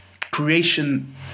creation